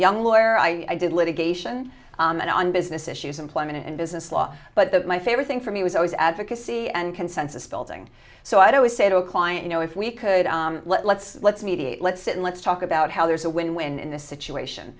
young lawyer i did litigation and on business issues employment and business law but that my favorite thing for me was always advocacy and consensus building so i'd always say to a client you know if we could let's let's mediate let's sit let's talk about how there's a win win in this situation